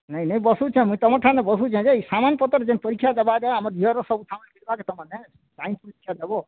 ନାଇଁ ନାଇଁ ବସୁଛେଁ ମୁଁ ତୁମଠାନେ ବସୁଛେଁ ଯେ ସାମାନ୍ପତ୍ର ଯେନ୍ ପରୀକ୍ଷା ଦେବାର୍ ଆମ ଝିଅର ସବୁ ସାମାନ୍ ମାନେ ସାଇନ୍ସ୍ ପରୀକ୍ଷା ଦେବ